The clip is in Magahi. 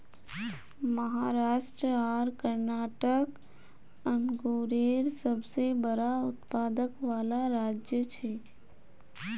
महाराष्ट्र आर कर्नाटक अन्गुरेर सबसे बड़ा उत्पादक वाला राज्य छे